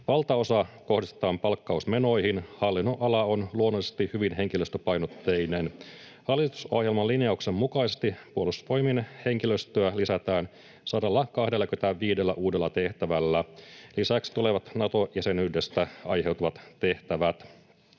Valtaosa kohdistetaan palkkausmenoihin. Hallinnonala on luonnollisesti hyvin henkilöstöpainotteinen. Hallitusohjelman linjauksen mukaisesti Puolustusvoimien henkilöstöä lisätään 125 uudella tehtävällä. Lisäksi tulevat Nato-jäsenyydestä aiheutuvat tehtävät.